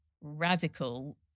radical